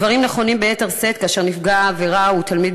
הדברים נכונים ביתר שאת כאשר נפגע העבירה הוא תלמיד